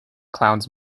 clowns